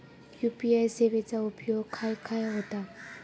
UPI सेवेचा उपयोग खाय खाय होता?